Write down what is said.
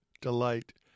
delight